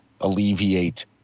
alleviate